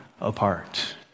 apart